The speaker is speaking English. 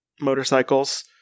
Motorcycles